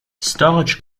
storage